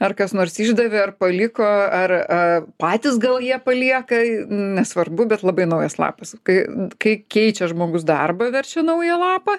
ar kas nors išdavė ar paliko ar a patys gal jie palieka nesvarbu bet labai naujas lapas kai kai keičia žmogus darbą verčia naują lapą